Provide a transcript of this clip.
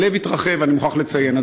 והלב התרחב, אני מוכרח לציין.